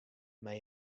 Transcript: mei